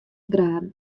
graden